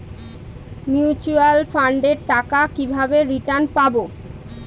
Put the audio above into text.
Mutual ফান্ডের টাকা কিভাবে রিটার্ন পাব?